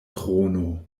krono